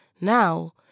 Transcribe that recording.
Now